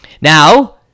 Now